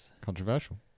Controversial